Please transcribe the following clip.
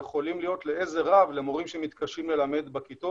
יכולים להיות לעזר רב למורים שמתקשים ללמד בכיתות